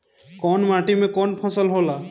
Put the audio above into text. कवन माटी में कवन फसल हो ला?